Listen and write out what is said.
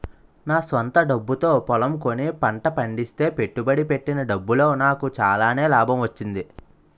నా స్వంత డబ్బుతో పొలం కొని పంట పండిస్తే పెట్టుబడి పెట్టిన డబ్బులో నాకు చాలానే లాభం వచ్చింది